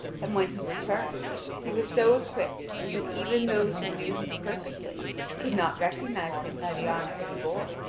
and when he returned he was so equipped that even those who knew him perfectly could not recognise him by the arms he bore.